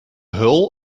hull